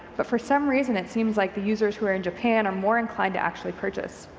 but for some reason it seems like the users who are in japan are more inclined to actual purchase.